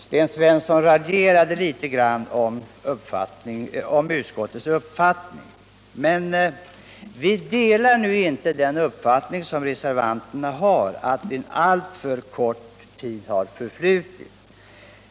Sten Svensson raljerade litet grand över utskottets uppfattning, men vi delar inte reservanternas mening att tiden fram till ikraftträdandet skulle vara alltför kort.